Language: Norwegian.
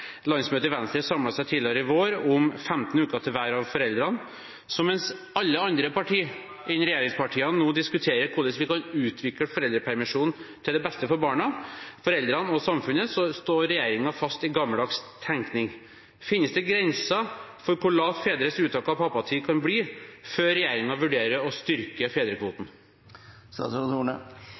Landsmøtet i Venstre samlet seg tidligere i vår om 15 uker til hver av foreldrene. Så mens alle andre partier enn regjeringspartiene nå diskuterer hvordan vi kan utvikle foreldrepermisjonen til det beste for barna, foreldrene og samfunnet, står regjeringen fast i gammeldags tenkning. Finnes det grenser for hvor lavt fedres uttak av pappatid kan bli før regjeringen vurderer å styrke